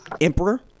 emperor